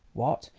what!